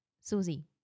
Susie